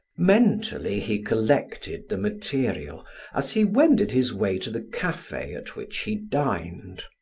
mentally he collected the material as he wended his way to the cafe at which he dined.